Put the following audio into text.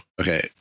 okay